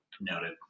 Noted